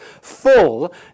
full